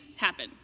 happen